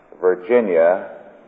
Virginia